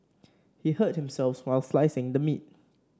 he hurt himself while slicing the meat